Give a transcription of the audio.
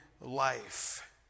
life